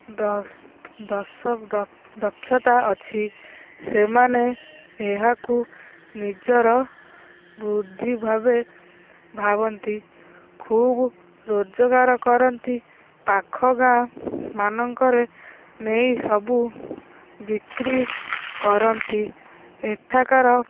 ଦକ୍ଷତା ଅଛି ସେମାନେ ଏହାକୁ ନିଜର ବୃଦ୍ଧି ଭାବେ ଭାବନ୍ତି ଖୁବ୍ ରୋଜଗାର କରନ୍ତି ପାଖ ଗାଁମାନଙ୍କରେ ନେଇ ସବୁ ବିକ୍ରି କରନ୍ତି ଏଠାକାର